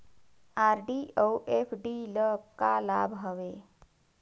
RD अऊ FD ल का लाभ हवे?